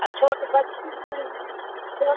अ छोट बच्ची के लिए छोट